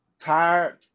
tired